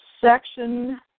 section